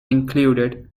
included